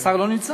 השר לא נמצא?